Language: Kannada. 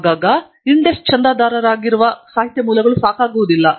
ಆಗಾಗ್ಗೆ INDEST ಚಂದಾದಾರರಾಗಿರುವ ಸಾಹಿತ್ಯ ಮೂಲಗಳು ಸಾಕಾಗುವುದಿಲ್ಲ